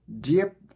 Dear